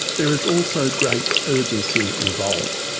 there is also great urgency involved.